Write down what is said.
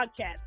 podcast